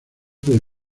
del